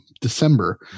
December